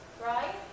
right